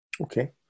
okay